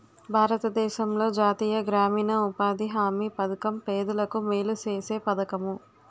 భారతదేశంలో జాతీయ గ్రామీణ ఉపాధి హామీ పధకం పేదలకు మేలు సేసే పధకము